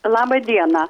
labą dieną